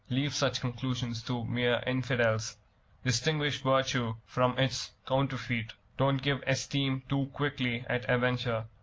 leave such conclusions to mere infidels distinguish virtue from its counterfeit, don't give esteem too quickly, at a venture,